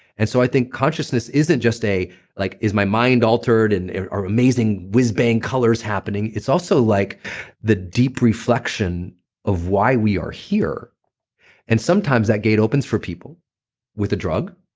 and so i think consciousness isn't just, like is my mind altered and are amazing whizz bang colors happening? it's also like the deep reflection of why we are here and sometimes that gate opens for people with a drug,